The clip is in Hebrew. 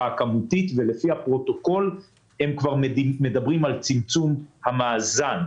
הכמותית ולפי הפרוטוקול הם כבר מדברים על צמצום המאזן.